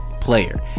player